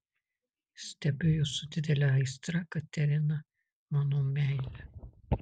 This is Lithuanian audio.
stebiu jus su didele aistra katerina mano meile